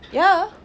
ya